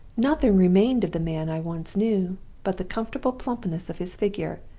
nothing remained of the man i once knew but the comfortable plumpness of his figure,